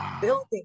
building